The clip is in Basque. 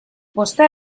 posta